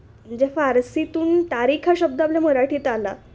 म्हणजे फारसीतून तारीख हा शब्द आपल्या मराठीत आला